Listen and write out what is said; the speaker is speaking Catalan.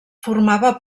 formava